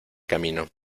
camino